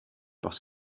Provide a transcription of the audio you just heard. parce